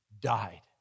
died